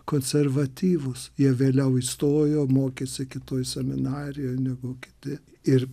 konservatyvūs jie vėliau įstojo mokėsi kitoj seminarijoj negu kiti ir